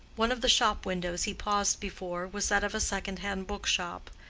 one of the shop-windows he paused before was that of a second-hand book-shop,